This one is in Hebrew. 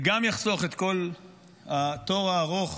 זה גם יחסוך את כל התור הארוך